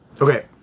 Okay